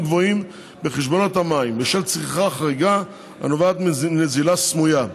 גבוהים בחשבונות המים בשל צריכה חריגה הנובעת מנזילה סמויה.